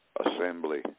assembly